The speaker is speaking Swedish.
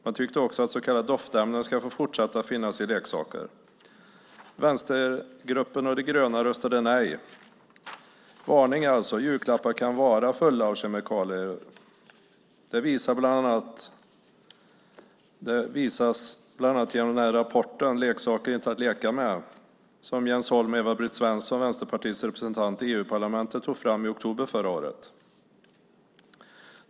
Man tyckte också att så kallade doftämnen ska få fortsätta att finnas i leksaker. Vänstergruppen och de gröna röstade nej. Varning alltså: Julklapparna kan vara fulla av kemikalier. Det visas bland annat genom rapporten Leksaker - inte att leka med som Jens Holm och Eva-Britt Svensson, Vänsterpartiets representanter i EU-parlamentet, tog fram i oktober förra året.